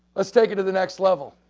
let's take it to the next level.